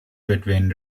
between